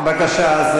בבקשה.